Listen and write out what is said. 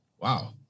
Wow